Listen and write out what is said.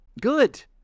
Good